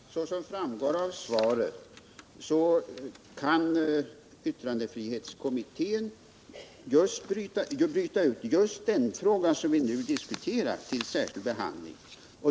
Herr talman! Såsom framgår av mitt svar kan yttrandefrihetskommittén bryta ut just den fråga, som vi nu diskuterar, till särskild behandling.